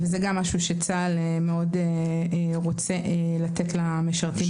זה משהו שצה"ל רוצה מאוד לתת למשרתים.